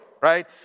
right